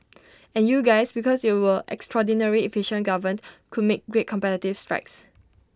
and you guys because you were extraordinarily efficient governed could make great competitive strides